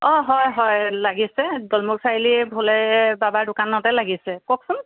অঁ হয় হয় লাগিছে দ'লমূখ চাৰিআলি ভোলে বাবাৰ দোকানতে লাগিছে কওকচোন